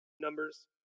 numbers